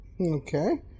Okay